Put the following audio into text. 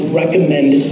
recommend